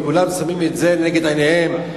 וכולם שמים את זה נגד עיניהם.